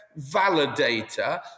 validator